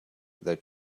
that